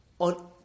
on